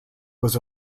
was